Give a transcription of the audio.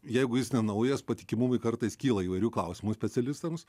jeigu jis nenaujas patikimumui kartais kyla įvairių klausimų specialistams